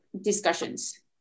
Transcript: discussions